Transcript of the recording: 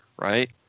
Right